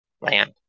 Land